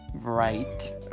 Right